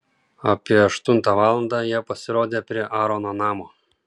apie aštuntą valandą jie pasirodė prie aarono namo